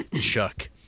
Chuck